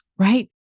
right